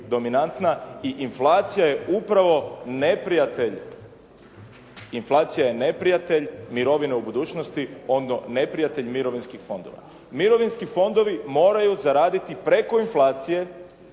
dominanta i inflacija je upravo neprijatelj mirovina u budućnosti odnosno neprijatelj mirovinskih fondova. Mirovinski fondovi moraju zaraditi preko inflacije